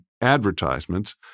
advertisements